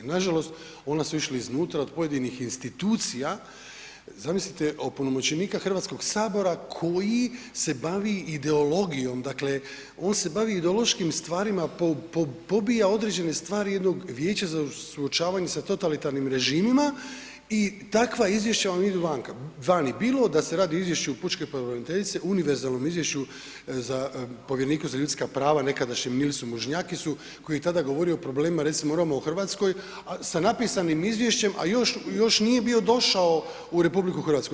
Nažalost ona su išla iznutra od pojedinih institucija, zamislite opunomoćenika Hrvatskog sabora koji se bavi ideologijom, dakle on se bavi ideološkim stvarima pobija određene stvari jednog Vijeća za suočavanje sa totalitarnim režimima i takva izvješća vam idu vanka, vani, bilo da se radi o izvješću pučke pravobraniteljice, univerzalnom izvješću povjerenika za ljudska prava, nekadašnjem ministru …/nerazumljivo/… koji je tada govorimo o problemima recimo Roma u Hrvatskoj sa napisanim izvješćem, a još nije bio došao u RH.